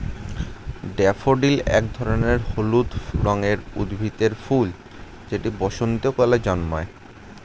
daffodil এক ধরনের হলুদ রঙের উদ্ভিদের ফুল যেটা বসন্তকালে জন্মায়